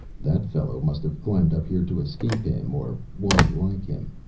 that fellow must have climbed up here to escape him, or one like him.